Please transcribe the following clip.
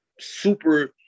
super